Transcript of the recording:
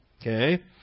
Okay